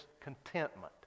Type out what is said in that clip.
contentment